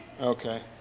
Okay